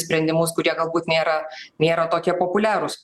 sprendimus kurie galbūt nėra nėra tokie populiarūs